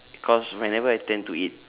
cause whenever I tend to eat